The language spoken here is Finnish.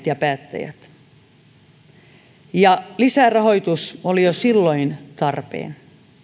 ja päättäjät oletteko huomanneet ja lisärahoitus oli jo silloin tarpeen